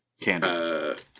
candy